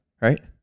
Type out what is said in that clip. right